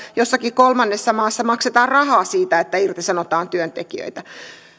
jossakin kolmannessa maassa maksetaan rahaa siitä että irtisanotaan työntekijöitä